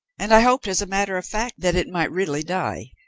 and i hoped, as a matter of fact, that it might really die,